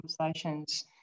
conversations